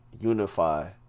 unify